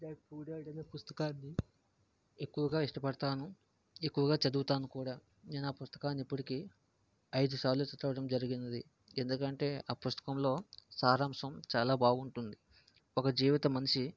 rich dad poor dad అనే పుస్తకాన్ని ఎక్కువగా ఇష్టపడుతాను ఎక్కువగా చదువుతాను కూడా నేను ఆ పుస్తకాన్ని ఇప్పటికి ఐదు సార్లు చదవడం జరిగినది ఎందుకంటే ఆ పుస్తకంలో సారాంశం చాలా బాగుంటుంది ఒక జీవితం మనిషి